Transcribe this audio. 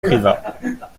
privas